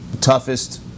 toughest